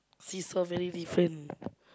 seesaw very different